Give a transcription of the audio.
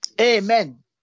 Amen